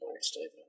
statement